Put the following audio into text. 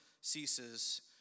ceases